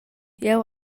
jeu